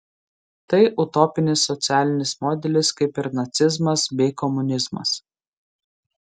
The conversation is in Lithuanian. tai utopinis socialinis modelis kaip ir nacizmas bei komunizmas